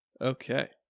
Okay